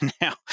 Now